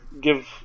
give